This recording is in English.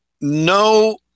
No